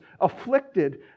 afflicted